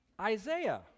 Isaiah